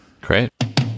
Great